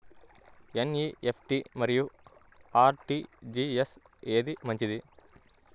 NEFT మరియు RTGS ఏది మంచిది?